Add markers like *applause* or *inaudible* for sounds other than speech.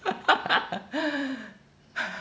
*laughs*